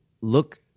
look